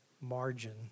margin